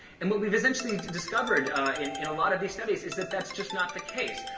and what we've essentially discovered in in a lot of these studies is that that's just not the case.